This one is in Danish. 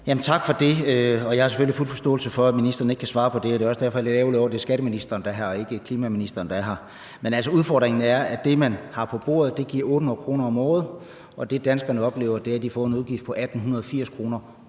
Jeg har selvfølgelig fuld forståelse for, at ministeren ikke kan svare på det, og det er også derfor, at jeg er lidt ærgerlig over, at det er skatteministeren, der er her, og at det ikke er klimaministeren, der er her. Men udfordringen er altså, at det, man har på bordet, giver 800 kr. om året, og det, danskerne oplever, er, at de får en udgift på 1.880 kr.